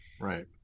Right